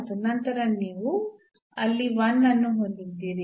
ಮತ್ತು ನಂತರ ನೀವು ಅಲ್ಲಿ 1 ಅನ್ನು ಹೊಂದಿದ್ದೀರಿ